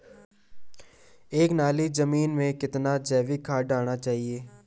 एक नाली जमीन में कितना जैविक खाद डालना चाहिए?